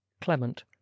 Clement